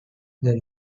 this